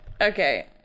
Okay